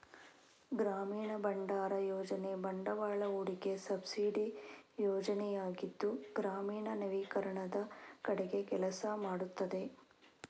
ಗ್ರಾಮೀಣ ಭಂಡಾರ ಯೋಜನೆ ಬಂಡವಾಳ ಹೂಡಿಕೆ ಸಬ್ಸಿಡಿ ಯೋಜನೆಯಾಗಿದ್ದು ಗ್ರಾಮೀಣ ನವೀಕರಣದ ಕಡೆಗೆ ಕೆಲಸ ಮಾಡುತ್ತದೆ